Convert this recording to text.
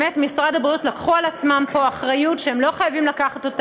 במשרד הבריאות לקחו אחריות שהם לא חייבים לקחת,